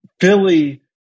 Philly